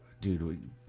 dude